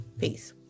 Peace